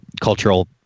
cultural